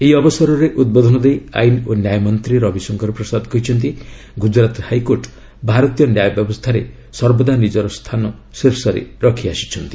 ଏହି ଅବସରରେ ଉଦ୍ବୋଧନ ଦେଇ ଆଇନ୍ ଓ ନ୍ୟାୟମନ୍ତ୍ରୀ ରବିଶଙ୍କର ପ୍ରସାଦ କହିଛନ୍ତି ଗୁଜରାତ ହାଇକୋର୍ଟ ଭାରତୀୟ ନ୍ୟାୟ ବ୍ୟବସ୍ଥାରେ ସର୍ବଦା ନିଜର ସ୍ଥାନ ଶୀର୍ଷରେ ରଖିଆସିଛି